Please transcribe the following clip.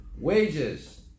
wages